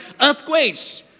Earthquakes